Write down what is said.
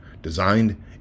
Designed